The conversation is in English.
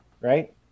right